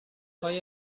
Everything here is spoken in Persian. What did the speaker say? های